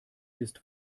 ist